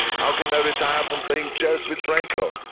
how can i retire from playing chess with franco?